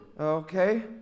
Okay